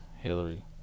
Hillary